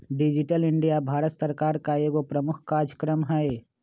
digital India Bharat सरकार का एगो प्रमुख काजक्रम हइ